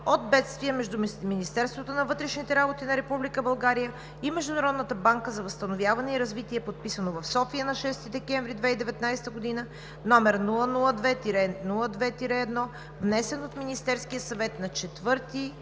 от бедствия, между Министерството на вътрешните работи на Република България и Международната банка за възстановяване и развитие, подписано в София на 6 декември 2019 г., № 002-02-1, внесен от Министерския съвет на 24